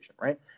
right